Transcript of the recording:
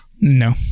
No